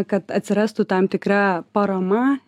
kad atsirastų tam tikra parama